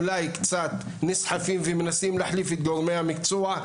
אולי קצת נסחפים ומנסים להחליף את גורמי המקצוע,